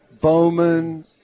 Bowman